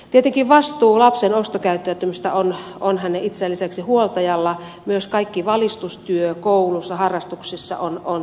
tietenkin vastuu lapsen ostokäyttäytymisestä on hänen itsensä lisäksi huoltajalla myös kaikki valistustyö koulussa ja harrastuksissa on tärkeää